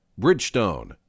Bridgestone